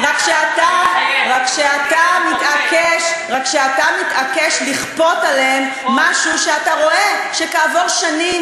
רק שאתה מתעקש לכפות עליהם משהו שאתה רואה שכעבור שנים,